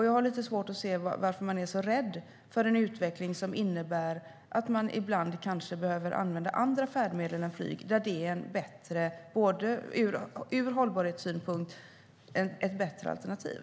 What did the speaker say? Jag har svårt att se varför man är så rädd för en utveckling som innebär att man kanske ibland behöver använda andra färdmedel än flyg när de ur hållbarhetssynpunkt är bättre alternativ.